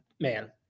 Man